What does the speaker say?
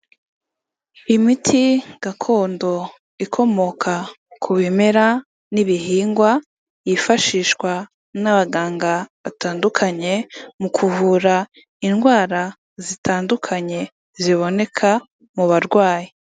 Imiti gakondo ikomoka ku bimera n'ibihingwa yifashishwa n'abaganga batandukanye mu kuvura indwara zitandukanye ziboneka mu barwayi.